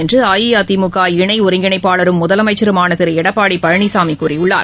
என்று அஇஅதிமுக இணை ஒருங்கிணைப்பாளரும் முதலமைச்சருமான திரு எடப்பாடி பழனிசாமி கூறியுள்ளார்